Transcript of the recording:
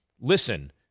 Listen